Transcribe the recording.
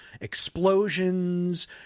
explosions